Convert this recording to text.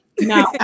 No